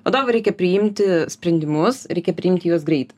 vadovui reikia priimti sprendimus reikia priimti juos greitai